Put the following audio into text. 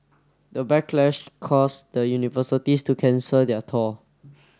the backlash caused the universities to cancel their thaw